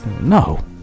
No